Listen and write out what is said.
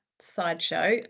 sideshow